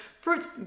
fruits